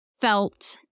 felt